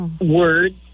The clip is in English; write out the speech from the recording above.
words